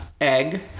egg